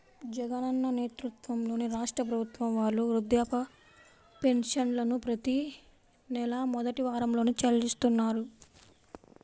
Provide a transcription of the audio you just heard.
జగనన్న నేతృత్వంలోని రాష్ట్ర ప్రభుత్వం వాళ్ళు వృద్ధాప్య పెన్షన్లను ప్రతి నెలా మొదటి వారంలోనే చెల్లిస్తున్నారు